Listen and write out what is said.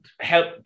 help